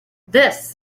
this